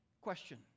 Question